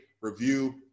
review